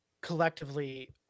collectively